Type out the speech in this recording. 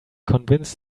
convince